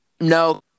No